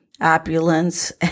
opulence